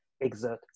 exert